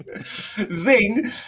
Zing